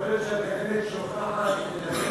יכול להיות שהגננת שוכחת להודיע,